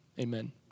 amen